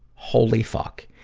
holy fuck.